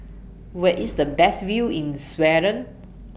Where IS The Best View in Sweden